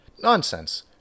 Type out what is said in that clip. Nonsense